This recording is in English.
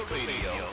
Radio